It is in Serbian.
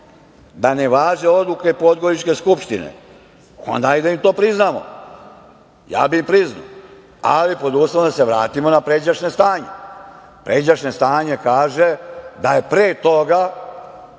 da ne važe odluke podgoričke Skupštine, onda hajde da im to priznamo. Ja bih im priznao, ali pod uslovom da se vratimo na pređašnje stanje. Pređašnje stanje kaže da pre toga